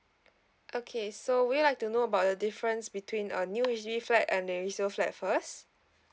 okay so would you like to know about the difference between a new H_D_B flat and a resale flat first